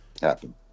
happen